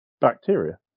bacteria